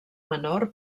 menor